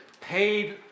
paid